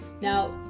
Now